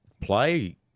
play